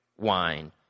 wine